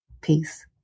Peace